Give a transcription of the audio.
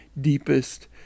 deepest